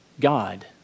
God